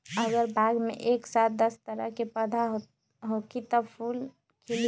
अगर बाग मे एक साथ दस तरह के पौधा होखि त का फुल खिली?